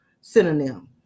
synonym